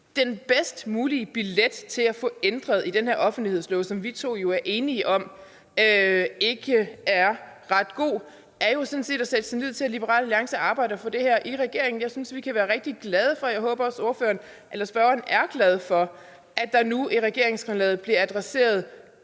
Den bedst mulige billet til at få ændret i den her offentlighedslov, som vi to jo er enige om ikke er ret god, er sådan set at sætte sin lid til, at Liberal Alliance arbejder på det her i regeringen. Jeg synes, vi kan være rigtig glade for – og det håber jeg også spørgeren er